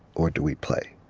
or do we play?